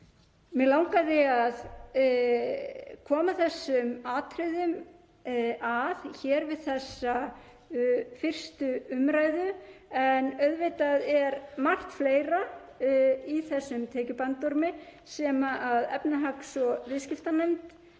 Mig langaði að koma þessum atriðum að hér við 1. umræðu en auðvitað er margt fleira í þessum bandormi sem efnahags- og viðskiptanefnd